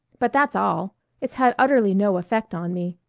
but that's all it's had utterly no effect on me.